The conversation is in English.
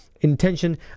intention